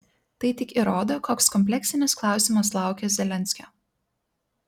tai tik įrodo koks kompleksinis klausimas laukia zelenskio